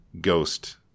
ghost